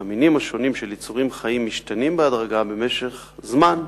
"המינים השונים של יצורים חיים משתנים בהדרגה במשך זמן,